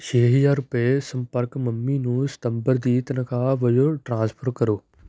ਛੇ ਹਜ਼ਾਰ ਰੁਪਏ ਸੰਪਰਕ ਮੰਮੀ ਨੂੰ ਸਤੰਬਰ ਦੀ ਤਨਖਾਹ ਵਜੋਂ ਟ੍ਰਾਂਸਫਰ ਕਰੋ